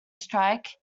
strike